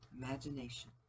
imagination